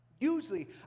Usually